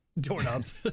Doorknobs